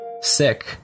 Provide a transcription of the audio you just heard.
sick